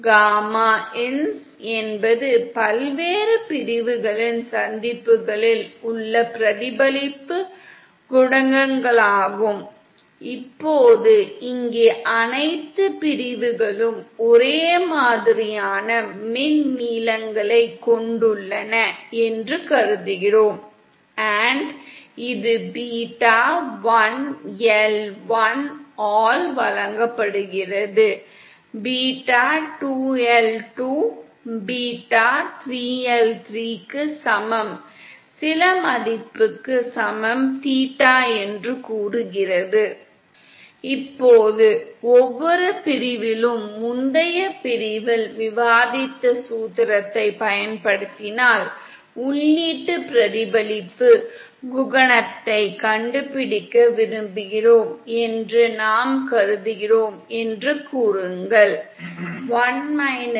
gamma ins என்பது பல்வேறு பிரிவுகளின் சந்திப்புகளில் உள்ள பிரதிபலிப்பு குணகங்களாகும் இப்போது இங்கே அனைத்து பிரிவுகளும் ஒரே மாதிரியான மின் நீளங்களைக் கொண்டுள்ளன என்று கருதுகிறோம் இது பீட்டா 1 L 1 ஆல் வழங்கப்படுகிறது பீட்டா 2 L 2 பீட்டா 3 L 3 க்கு சமம் உதாரணத்திற்கு தீட்டா என்று வைத்துக்கொள்வோம் இப்போது ஒவ்வொரு பிரிவிலும் முந்தைய பிரிவில் விவாதித்த சூத்திரத்தைப் பயன்படுத்தினால் உள்ளீட்டு பிரதிபலிப்பு குணகத்தைக் கண்டுபிடிக்க விரும்புகிறோம் என்று நாம் கருதுகிறோம் என்று வைத்துக்கொள்வோம்